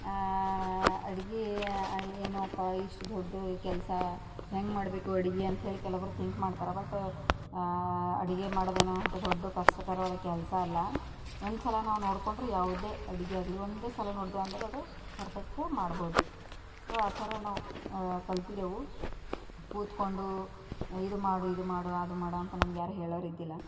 ಅಡುಗೆ ಏನೋಪ್ಪ ಇಷ್ಟು ದೊಡ್ಡ ಕೆಲಸ ಹೆಂಗೆ ಮಾಡಬೇಕು ಅಡುಗೆ ಅಂಥೇಳಿ ಕೆಲವೊಬ್ಬರು ಥಿಂಕ್ ಮಾಡ್ತಾರೆ ಬಟ್ಟ ಅಡುಗೆ ಮಾಡೋದೇನು ಅಂತ ದೊಡ್ಡ ಕಷ್ಟಕರವಾದ ಕೆಲಸ ಅಲ್ಲ ಒಂದ್ಸಲ ನಾವು ನೋಡಿಕೊಂಡ್ರೆ ಯಾವುದೇ ಅಡುಗೆಯಾಗಲಿ ಒಂದು ಸಲ ನೋಡ್ದೇವೆಂದರೆ ಅದು ಫರ್ಫೆಕ್ಟು ಮಾಡಬಹುದು ಸೊ ಆ ಥರ ನಾವು ಕಲಿತಿದ್ದೆವು ಕೂತ್ಕೊಂಡು ಇದು ಮಾಡು ಇದು ಮಾಡು ಅದು ಮಾಡು ಅಂತ ನಮಗ್ಯಾರು ಹೇಳೋರಿದ್ದಿಲ್ಲ